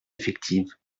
effective